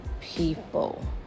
people